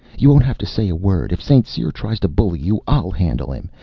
you won't have to say a word. if st. cyr tries to bully you, i'll handle him.